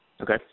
Okay